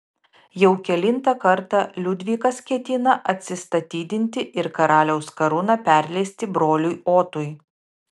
jau kelintą kartą liudvikas ketina atsistatydinti ir karaliaus karūną perleisti broliui otui